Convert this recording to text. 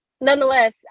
nonetheless